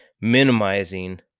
minimizing